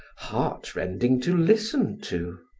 heartrending to listen to